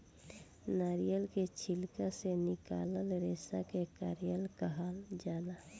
नारियल के छिलका से निकलाल रेसा के कायर कहाल जाला